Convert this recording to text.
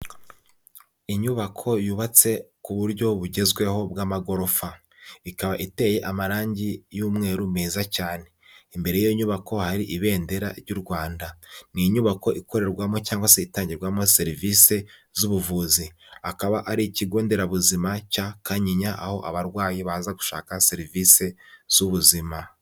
Inyubako yubatse ku buryo bugezweho bw'amagorofa, ikaba iteye amarangi y'umweru meza cyane imbere y'iyo nyubako hari ibendera ry'u Rwanda ni inyubako ikorerwamo cyangwa se itangirwamo serivise z'ubuvuzi, akaba ari ikigo nderabuzima cya Kanyinya aho abarwayi baza gushaka serivise z'ubuzima.